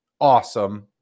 awesome